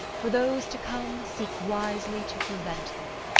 for those to come, seek wisely to prevent them.